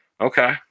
Okay